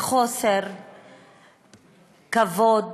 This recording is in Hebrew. בחוסר כבוד